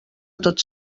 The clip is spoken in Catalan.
tots